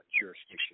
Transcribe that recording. jurisdiction